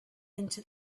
into